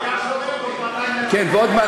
מיליארד ו-300,000 ועוד,